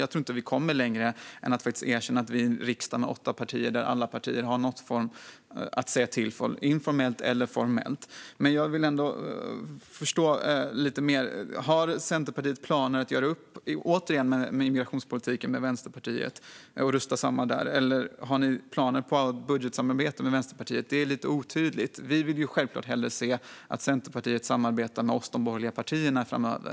Jag tror inte att vi kommer längre än att erkänna att riksdagen har åtta partier där alla har något att säga till om, informellt eller formellt. Men jag vill ändå förstå lite mer: Har Centerpartiet planer på att återigen göra upp om migrationspolitiken med Vänsterpartiet och rösta samma där, eller har ni planer på ett budgetsamarbete med Vänsterpartiet? Det är lite otydligt. Vi vill självklart hellre se att Centerpartiet samarbetar med oss borgerliga partier framöver.